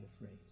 afraid